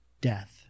death